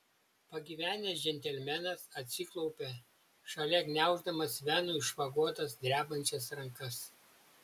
pagyvenęs džentelmenas atsiklaupė šalia gniauždamas venų išvagotas drebančias rankas